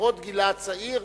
למרות גילה הצעיר.